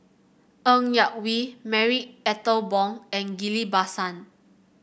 Ng Yak Whee Marie Ethel Bong and Ghillie Basan